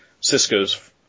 Cisco's